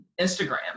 Instagram